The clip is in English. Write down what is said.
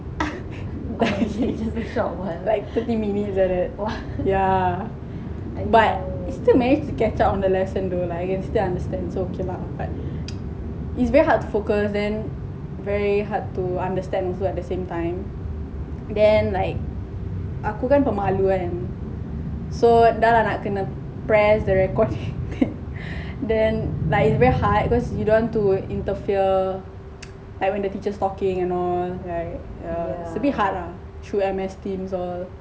like thirty minutes like that yeah but its still manage to catch up on the lessons though lah I can still understand so okay lah but its very hard to focus then very hard to understand also at the same time then like aku kan pemalu kan so dah lah nak kena press the recording then like its very hard because you don't want to interfere like when the teachers talking and all right yeah its a bit hard ah through M_S teams all